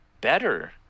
better